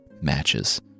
Matches